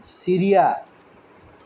सिरिया